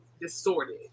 distorted